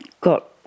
got